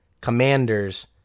Commanders